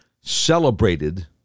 celebrated